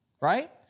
right